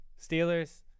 Steelers